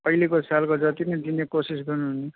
अहिलेको सालको जति नै दिने कोसिस गर्नु नि